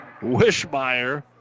Wishmeyer